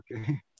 Okay